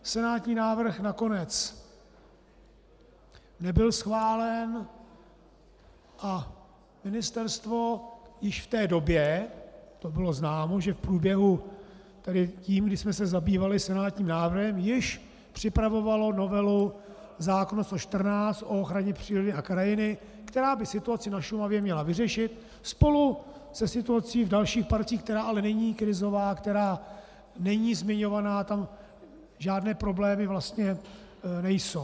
Senátní návrh nakonec nebyl schválen a ministerstvo již v té době, to bylo známo, že když jsme se zabývali senátním návrhem, již připravovalo novelu zákona 114 o ochraně přírody a krajiny, která by situaci na Šumavě měla vyřešit spolu se situací v dalších parcích, která ale není krizová a která není zmiňovaná, tam žádné problémy vlastně nejsou.